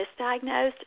misdiagnosed